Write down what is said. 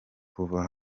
kuva